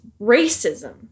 racism